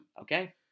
Okay